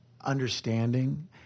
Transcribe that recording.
understanding